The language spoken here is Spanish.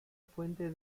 fuente